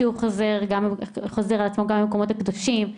שחוזר על עצמו גם במקומות הקדושים,